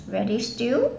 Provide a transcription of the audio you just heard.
radish stew